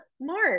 Mark